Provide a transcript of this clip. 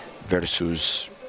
versus